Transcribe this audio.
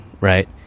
right